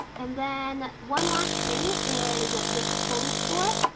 and then one last thing is this total score.